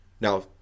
Now